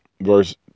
verse